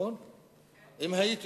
אם הייתי